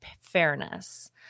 fairness